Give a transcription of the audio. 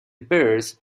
birds